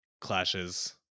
clashes